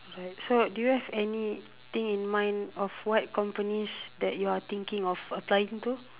right so do you have anything in mind of what companies that you are thinking of applying to